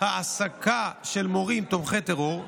של מורים תומכי טרור,